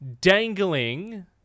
dangling